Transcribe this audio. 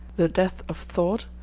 the depth of thought,